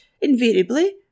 invariably